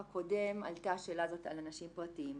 זאת שאלה פשוטה.